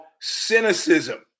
cynicism